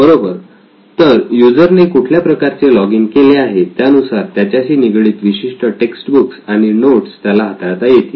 बरोबर तर युजर ने कुठल्या प्रकारचे लॉगिन केले आहे त्यानुसार त्याच्याशी निगडीत विशिष्ट टेक्स्ट बुक्स आणि नोट्स त्याला हाताळता येतील